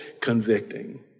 convicting